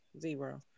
Zero